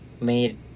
made